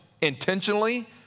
Intentionally